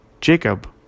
jacob